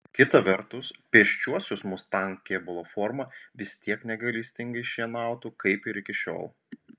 kita vertus pėsčiuosius mustang kėbulo forma vis tiek negailestingai šienautų kaip ir iki šiol